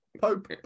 Pope